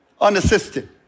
unassisted